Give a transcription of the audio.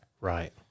Right